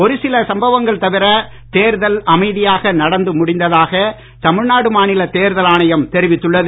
ஒரு சில சம்பவங்கள் தவிர தேர்தல் அமைதியாக நடந்து முடிந்ததாக தமிழ்நாடு மாநில தேர்தல் ஆணையம் தெரிவித்துள்ளது